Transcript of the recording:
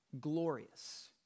glorious